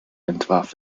entwarf